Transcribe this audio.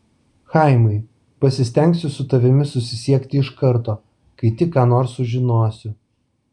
chaimai pasistengsiu su tavimi susisiekti iš karto kai tik ką nors sužinosiu